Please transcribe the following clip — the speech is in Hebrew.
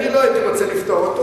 אני לא הייתי רוצה לפטור אותו,